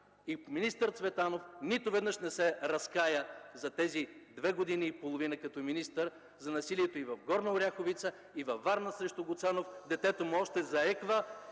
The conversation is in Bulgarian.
и министър Цветанов нито веднъж не се разкая за тези две години и половина като министър за насилието в Горна Оряховица и във Варна срещу Гоцанов – детето му още заеква,